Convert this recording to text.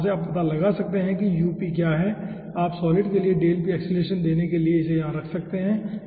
तो वहां से आप पता लगा सकते हैं कि क्या है आप सॉलिड के लिए एक्सेलरेशन देने के लिए इसे यहां रख सकते हैं